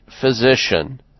physician